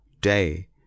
day